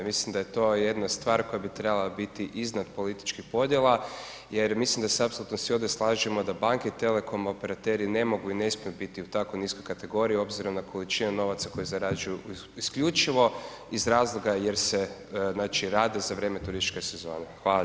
Mislim da je to jedna stvar koja bi trebala biti iznad političkih podjela jer mislim da se apsolutno svi ovdje slažemo da banke i telekom operateri ne mogu i ne smiju biti u tako niskoj kategoriji obzirom na količinu novaca koju zarađuju, isključivo iz razloga jer se, znači, radi za vrijeme turističke sezone.